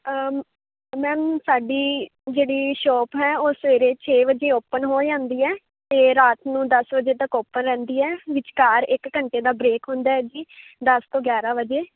ma'am ਸਾਡੀ ਜਿਹੜੀ shop ਹੈ ਉਹ ਸਵੇਰੇ ਛੇ ਵਜੇ ਓਪਨ ਹੋ ਜਾਂਦੀ ਹੈ ਅਤੇ ਰਾਤ ਨੂੰ ਦਸ ਵਜੇ ਤੱਕ ਓਪਨ ਰਹਿੰਦੀ ਹੈ ਵਿਚਕਾਰ ਇੱਕ ਘੰਟੇ ਦਾ ਬ੍ਰੇਕ ਹੁੰਦਾ ਹੈ ਜੀ ਦਸ ਤੋਂ ਗਿਆਰਾਂ ਵਜੇ